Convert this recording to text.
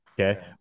Okay